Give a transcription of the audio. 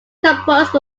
composed